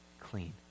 clean